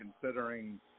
considering